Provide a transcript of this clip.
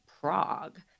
Prague